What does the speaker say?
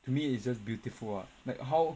to me it's just beautiful ah like how